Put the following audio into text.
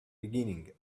beginning